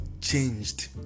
changed